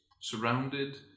surrounded